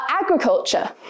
agriculture